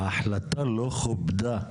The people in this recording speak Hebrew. ההחלטה של